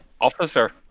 officer